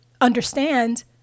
understand